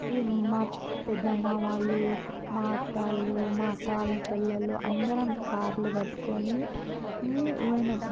మా పెద్దమ్మ వాళ్ళు మా అత్త వాళ్ళు మా అత్త వాళ్ళ చెల్లెలు అందరం కార్లు కట్టుకొని పోయినం